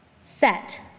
set